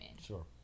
Sure